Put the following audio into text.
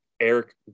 Eric